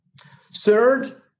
Third